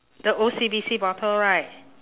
the O_C_B_C bottle right